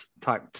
type